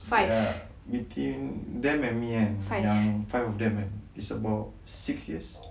uh between them and me kan yang five of them kan it's about six years